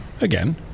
Again